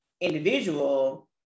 individual